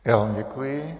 Já vám děkuji.